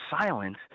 silence